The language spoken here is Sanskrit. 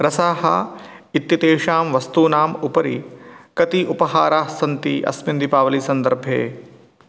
रसाः इत्येषां वस्तूनाम् उपरि कति उपहाराः सन्ति अस्मिन् दीपावलिसन्दर्भे